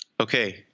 Okay